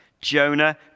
Jonah